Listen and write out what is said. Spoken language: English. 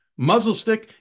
Muzzlestick